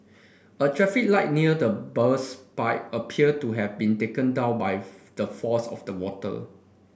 a traffic light near the burst pipe appeared to have been taken down by the force of the water